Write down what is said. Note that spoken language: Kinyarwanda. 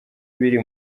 biri